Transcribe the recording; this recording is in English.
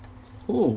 who